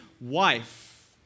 wife